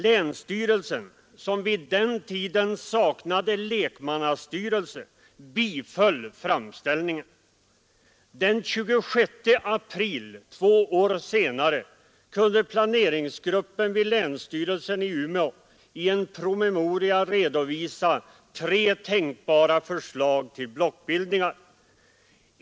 Länsstyrelsen, som vid den tiden saknade lekmannastyrelse, biföll framställningen. Den 26 april två år senare kunde planeringsgruppen vid länsstyrelsen i Umeå i en promemoria redovisa tre tänkbara förslag till blockbildningar.